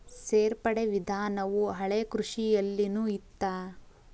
ಸೇರ್ಪಡೆ ವಿಧಾನವು ಹಳೆಕೃಷಿಯಲ್ಲಿನು ಇತ್ತ